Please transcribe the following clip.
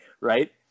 right